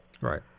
Right